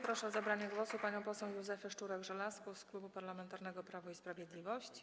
Proszę o zabranie głosu panią poseł Józefę Szczurek-Żelazko z Klubu Parlamentarnego Prawo i Sprawiedliwość.